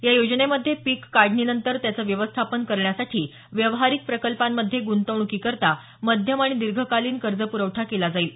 या योजनेमध्ये पीक काढणीनंतर त्याचं व्यवस्थापन करण्यासाठी व्यावहारीक प्रकल्पांमध्ये गुंतवणुकीकरता मध्यम आणि दिर्घकालीन कर्जप्रवठा केला जाईल